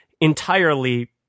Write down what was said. entirely